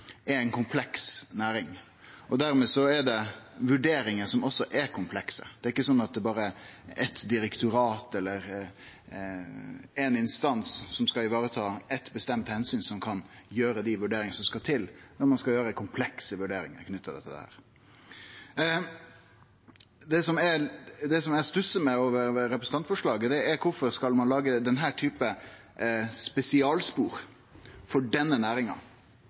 er eit dårleg forslag. Som han peikar på: Havbruk og oppdrett er ei kompleks næring. Dermed blir det vurderingar som også er komplekse – det er ikkje slik at det er berre eitt direktorat eller éin instans som skal vareta eitt bestemt omsyn, som kan gjere dei komplekse vurderingane knytte til dette. Det som eg stussa over ved representantforslaget, er: Kvifor skal ein lage denne typen spesialspor for denne næringa?